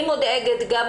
אני מודאגת גם